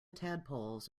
tadpoles